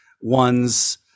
one's